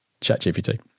ChatGPT